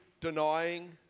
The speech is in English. denying